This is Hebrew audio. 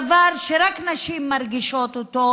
דבר שרק נשים מרגישות אותו,